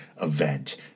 event